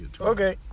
Okay